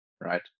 right